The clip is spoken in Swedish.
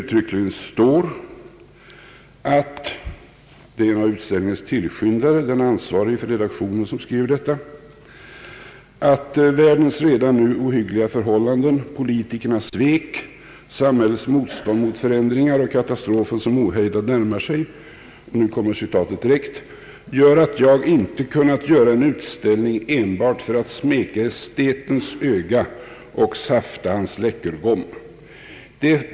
I den katalogen står det, skrivet av en av utställningens tillskyndare och den ansvarige för redaktionen: » Allt detta, världens redan nu ohyggliga förhållanden, politikernas svek, samhällets motstånd mot förändringar och katastrofen som ohejdat närmar sig gör att jag inte kunnat göra en utställning enbart för att smeka estetens öga och safta hans läckergom.